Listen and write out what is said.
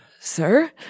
sir